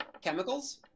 chemicals